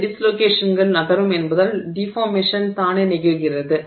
இந்த டிஸ்லோகேஷன்கள் நகரும் என்பதால் டிஃபார்மேஷன் தானே நிகழ்கிறது